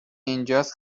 اینجاس